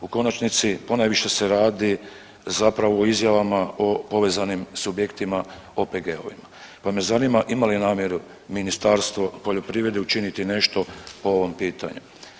U konačnici ponajviše se radi zapravo o izjavama povezanim s objektima OPG-ovima, pa me zanima ima li namjeru Ministarstvo poljoprivrede učiniti nešto po ovom pitanju.